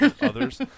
others